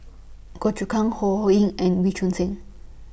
Goh Choon Kang Ho Ho Ying and Wee Choon Seng